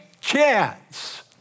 chance